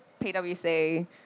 PWC